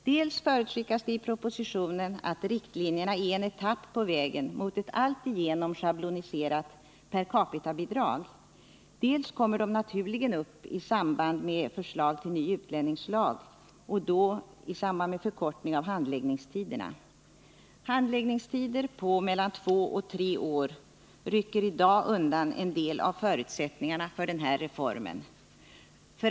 Dels förutskickas i propositionen att riktlinjerna är en etapp på vägen mot ett alltigenom schabloniserat percapitabidrag, dels kommer de naturligen upp i samband med förslag till ny utlänningslag — och då i anslutning till förkortning av handläggningstiderna. Handläggningstider på mellan två och tre år rycker i dag undan en del av förutsättningarna för den här reformen.